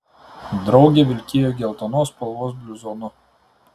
draugė vilkėjo geltonos spalvos bluzonu